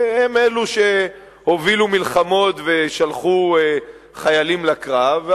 והן אלו שהובילו מלחמות ושלחו חיילים לקרב.